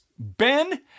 Ben